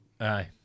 Aye